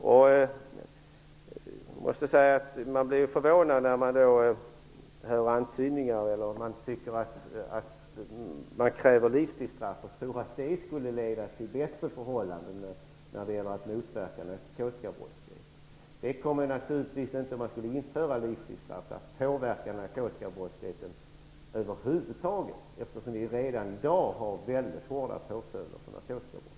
Jag måste säga att jag blir förvånad när jag hör att man kräver livstidsstraff, eller antyder det, och tror att det skulle leda till bättre förhållanden när det gäller att motverka narkotikabrottslighet. Om man skulle införa livstidsstraff kommer det naturligtvis inte att påverka narkotikabrottsligheten över huvud taget, eftersom vi redan i dag har väldigt stränga påföljder vid narkotikabrott.